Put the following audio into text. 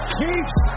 Chiefs